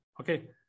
okay